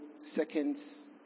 seconds